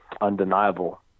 undeniable